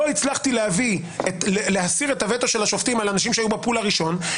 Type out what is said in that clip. לא הצלחתי להסיר את הווטו של השופטים על אנשים שהיו ב-פול הראשון,